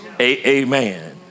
Amen